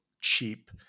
cheap